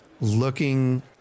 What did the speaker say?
looking